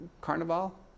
carnival